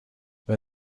wer